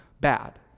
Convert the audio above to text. bad